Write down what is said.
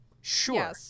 sure